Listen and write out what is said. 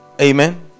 Amen